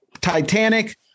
Titanic